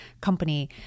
company